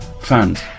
fans